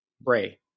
Bray